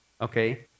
Okay